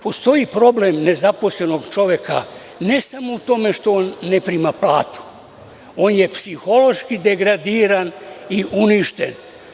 Postoji problem nezaposlenog čoveka, ne samo u tome što on ne prima platu, on je psihološki degradiran i uništen.